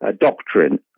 doctrine